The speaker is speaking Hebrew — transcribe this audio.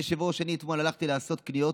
אדוני היושב-ראש, אני אתמול הלכתי לעשות קניות